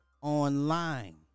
online